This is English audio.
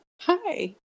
Hi